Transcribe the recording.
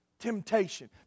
temptation